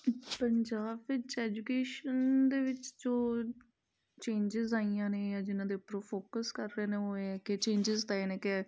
ਪੰਜਾਬ ਵਿੱਚ ਐਜੂਕੇਸ਼ਨ ਦੇ ਵਿੱਚ ਜੋ ਚੇਂਜਿਸ਼ ਆਈਆਂ ਨੇ ਜਾਂ ਜਿਨ੍ਹਾਂ ਦੇ ਉੱਪਰ ਉਹ ਫੋਕਸ ਕਰ ਰਹੇ ਨੇ ਉਹ ਇਹ ਕਿ ਚੇਂਜਿਸ਼ ਤਾਂ ਇਹ ਨੇ ਕਿ